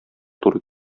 туры